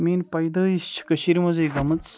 میٛٲنۍ پیدٲیِش چھِ کٔشیٖرِ منٛزٕے گٔمٕژ